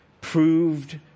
proved